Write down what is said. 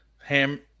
ham